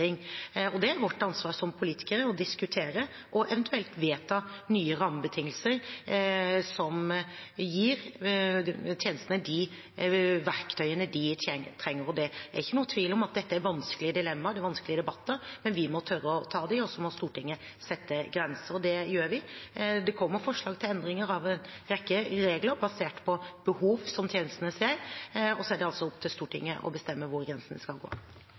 Det er vårt ansvar som politikere å diskutere og eventuelt vedta nye rammebetingelser som gir tjenestene de verktøyene de trenger. Det er ikke noen tvil om at dette er vanskelige dilemmaer, det er vanskelige debatter, men vi må tørre å ta dem, og så må Stortinget sette grenser. Det gjør vi. Det kommer forslag til endringer av en rekke regler basert på behov som tjenestene ser. Så er det altså opp til Stortinget å bestemme hvor grensene skal gå.